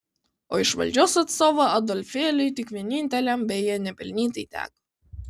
o iš valdžios atstovų adolfėliui tik vieninteliam beje nepelnytai teko